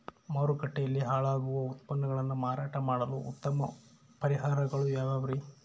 ಮಾರುಕಟ್ಟೆಯಲ್ಲಿ ಹಾಳಾಗುವ ಉತ್ಪನ್ನಗಳನ್ನ ಮಾರಾಟ ಮಾಡಲು ಉತ್ತಮ ಪರಿಹಾರಗಳು ಯಾವ್ಯಾವುರಿ?